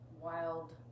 Wild